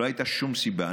לא הייתה שום סיבה.